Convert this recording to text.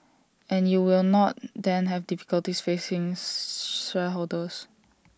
and you will not then have difficulties facing shareholders